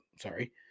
Sorry